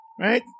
right